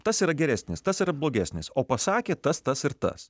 tas yra geresnis tas yra blogesnis o pasakė tas tas ir tas